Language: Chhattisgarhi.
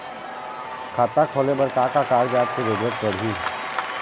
खाता खोले बर का का कागजात के जरूरत पड़ही?